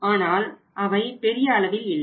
ஆனால் அவை பெரிய அளவில் இல்லை